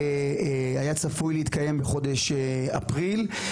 היה צפוי להתקיים בחודש אפריל,